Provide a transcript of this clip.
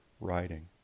writing